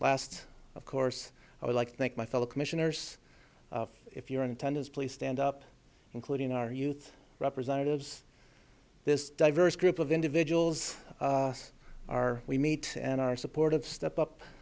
last of course i would like to thank my fellow commissioners if you're in attendance please stand up including our youth representatives this diverse group of individuals are we meet and our support of step up